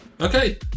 Okay